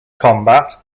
combat